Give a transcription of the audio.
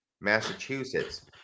Massachusetts